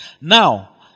Now